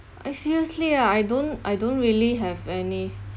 eh seriously ah I don't I don't really have any